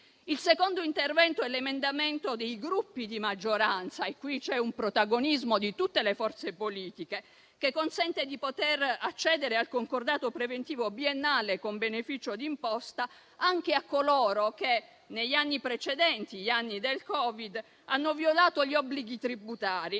Il secondo intervento è l'emendamento dei Gruppi di maggioranza - e qui c'è un protagonismo di tutte le forze politiche - che consente di accedere al concordato preventivo biennale con beneficio d'imposta anche a coloro che, negli anni precedenti gli anni del Covid, hanno violato gli obblighi tributari